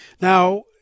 Now